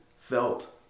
felt